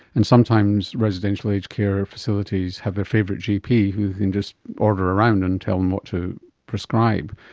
and sometimes residential aged care facilities have their favourite gp who they can just order around and tell them what to prescribe.